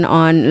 on